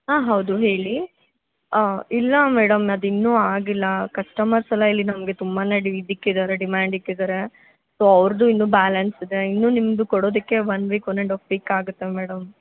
ಆಂ ಹೌದು ಹೇಳಿ ಇಲ್ಲ ಮೇಡಮ್ ಅದಿನ್ನೂ ಆಗಿಲ್ಲ ಕಸ್ಟಮರ್ಸೆಲ್ಲ ಇಲ್ಲಿ ನಮಗೆ ತುಂಬ ಇದು ಇಟ್ಟಿದಾರೆ ಡಿಮ್ಯಾಂಡ್ ಇಟ್ಟಿದಾರೆ ಸೊ ಅವ್ರದ್ದು ಇನ್ನೂ ಬ್ಯಾಲೆನ್ಸಿದೆ ಇನ್ನೂ ನಿಮ್ಮದು ಕೊಡೋದಕ್ಕೆ one week one and half week ಆಗುತ್ತೆ ಮೇಡಮ್